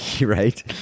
Right